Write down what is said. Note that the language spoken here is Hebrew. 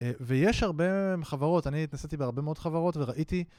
ויש הרבה חברות, אני התנסיתי בהרבה מאוד חברות וראיתי...